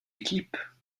équipes